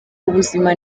ubuzima